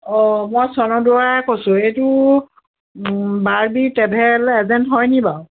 অঁ মই স্বৰ্ণ দুৱাৰা কৈছোঁ এইটো বাৰ্বী ট্ৰেভেল এজেণ্ট হয়নি বাৰু